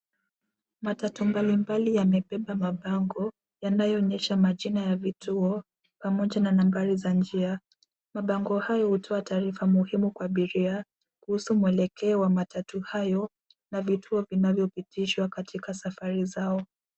Matatu mbalimbali yamebeba mabango yanayoonyesha majina ya vituo pamoja na nambari za njia. Mabango hayo hutoa matangazo kwa abiria kuhusu mwelekeo wa matatu hayo na vituo zinazopitishwa wakati wa safari zao.